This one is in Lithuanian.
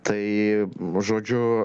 tai žodžiu